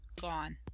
gone